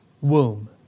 womb